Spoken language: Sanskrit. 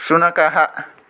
शुनकः